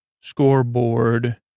scoreboard